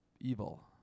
evil